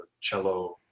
cello